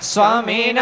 Swami